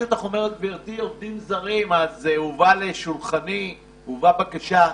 גבירתי, הובאה לשולחנו בקשה.